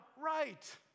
right